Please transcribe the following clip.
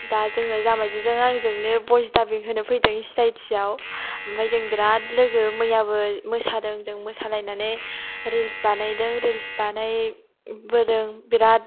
दा जों जामाइजो जों आंजोंनो भइस दाबिं होनो फैदों चि आइ टियाव ओमफ्राय जों बिराद लोगो मोयाबो मोसादों जों मोसालायनानै रिल्स बानायजों रिल्स बानायबोदों बिराद